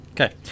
Okay